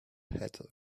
hatter